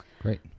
Great